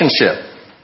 relationship